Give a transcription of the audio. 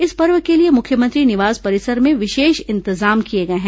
इस पर्व के लिए मुख्यमंत्री निवास परिसर में विशेष इंतजाम किए गए हैं